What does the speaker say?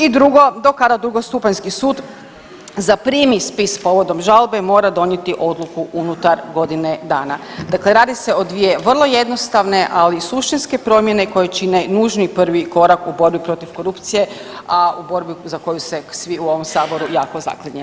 I drugo, da kada drugostupanjski sud zaprimi spis povodom žalbe mora donijeti odluku unutar godine dana, dakle radi se o dvije vrlo jednostavne, ali suštinske promjene koje čine nužni i prvi korak u borbi protiv korupcije, a u borbi za koju se svi u ovom saboru jako zaklinjemo.